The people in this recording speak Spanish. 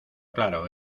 claro